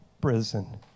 prison